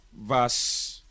Verse